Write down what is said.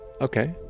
Okay